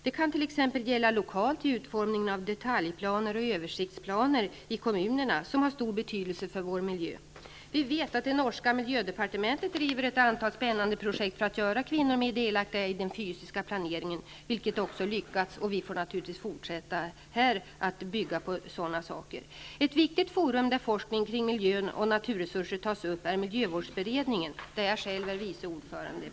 Det kan t.ex. gälla lokalt i utformningen av detaljplaner och översiktsplaner i kommunerna, som har stor betydelse för vår miljö. Vi vet att det norska miljödepartementet driver ett antal spännande projekt för att göra kvinnor mer delaktiga i den fysiska planeringen, vilket också lyckats. Vi får naturligtvis bygga vidare på sådana projekt här i Sverige. Ett viktigt forum där forskning kring miljön och naturresurser tas upp är miljövårdsberedningen, där jag själv är vice ordförande.